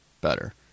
Better